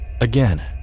Again